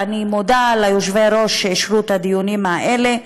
ואני מודה ליושבי-ראש שאישרו את הדיונים האלה.